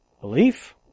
Belief